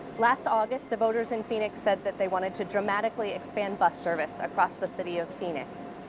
last august, the voters in phoenix said that they wanted to dramatically expand bus service across the city of phoenix.